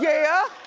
yeah.